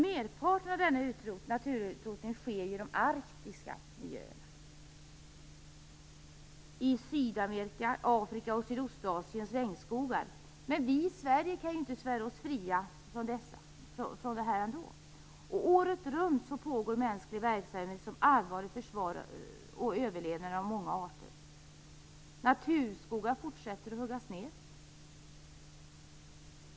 Merparten av denna naturutrotning sker i de arktiska miljöerna. Det gäller Sydamerika, Afrika och Sydostasiens regnskogar. Vi i Sverige kan inte svära oss fria från detta ansvar. Året runt pågår ju en mänsklig verksamhet som allvarligt försvårar många arters överlevnad. Naturskogar huggs fortsatt ned.